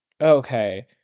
Okay